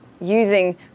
using